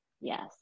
Yes